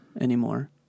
anymore